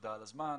תודה על הזמן,